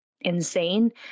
insane